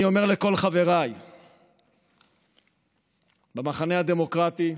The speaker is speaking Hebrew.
אני אומר לכל חבריי במחנה הדמוקרטי,